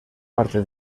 parte